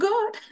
God